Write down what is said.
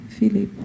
Philip